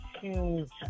huge